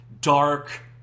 dark